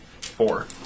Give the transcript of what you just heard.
Four